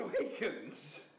Awakens